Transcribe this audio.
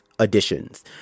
additions